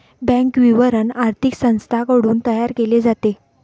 bank विवरण आर्थिक संस्थांकडून तयार केले जाते